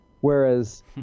whereas